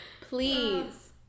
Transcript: Please